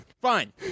Fine